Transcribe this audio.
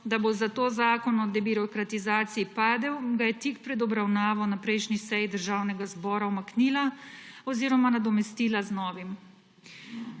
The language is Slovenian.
da bo zato zakon o debirokratizaciji padel, ga je tik pred obravnavo na prejšnji seji Državnega zbora umaknila oziroma nadomestila z novim.